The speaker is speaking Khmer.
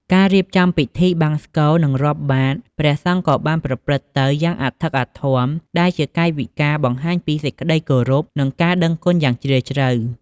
ការរៀបចំពិធីបង្សុកូល និងរាប់បាត្រព្រះសង្ឃក៏បានប្រព្រឹត្តទៅយ៉ាងអធិកអធម ដែលជាកាយវិការបង្ហាញពីសេចក្តីគោរព និងការដឹងគុណយ៉ាងជ្រាលជ្រៅ។